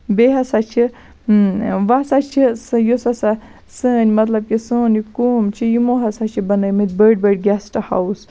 بیٚیہِ ہَسا چھِ وَ ہَسا چھِ یُس ہَسا سٲنۍ مَطلَب کہِ سون یہِ قوم چھُ یِمو ہَسا چھِ بنٲمٕتۍ بٔڑۍ بٔڑۍ گیٚسٹ ہاوُس